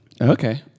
Okay